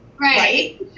Right